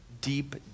Deep